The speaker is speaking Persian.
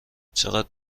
چقدر